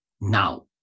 now